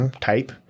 Type